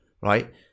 right